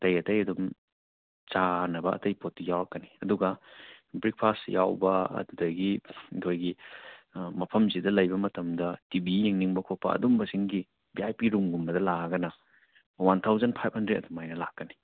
ꯑꯇꯩ ꯑꯇꯩ ꯑꯗꯨꯝ ꯆꯥꯅꯕ ꯑꯇꯩ ꯄꯣꯠꯇꯤ ꯌꯥꯎꯔꯛꯀꯅꯤ ꯑꯗꯨꯒ ꯕ꯭ꯔꯦꯛꯐꯥꯔꯁ ꯌꯥꯎꯕ ꯑꯗꯨꯗꯒꯤ ꯑꯩꯈꯣꯏꯒꯤ ꯃꯐꯝꯁꯤꯗ ꯂꯩꯕ ꯃꯇꯝꯗ ꯇꯤ ꯚꯤ ꯌꯦꯡꯅꯤꯡꯕ ꯈꯣꯠꯄ ꯑꯗꯨꯝꯕꯁꯤꯡꯒꯤ ꯚꯤ ꯑꯥꯏ ꯄꯤ ꯔꯨꯝꯒꯨꯝꯕꯗ ꯂꯥꯛꯑꯒꯅ ꯋꯥꯟ ꯊꯥꯎꯖꯟ ꯐꯥꯏꯚ ꯍꯟꯗ꯭ꯔꯦꯠ ꯑꯗꯨꯃꯥꯏꯅ ꯂꯥꯛꯀꯅꯤ